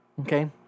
Okay